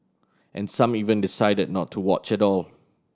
and some even decided not to watch at all